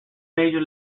major